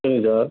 தெரியும் சார்